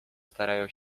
starają